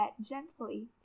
gently